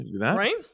right